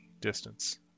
distance